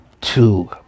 two